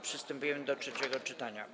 Przystępujemy zatem do trzeciego czytania.